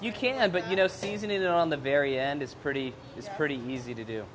you can but you know season it on the very end is pretty it's pretty easy to do